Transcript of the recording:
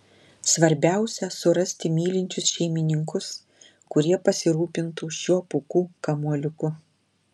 svarbiausia surasti mylinčius šeimininkus kurie pasirūpintų šiuo pūkų kamuoliuku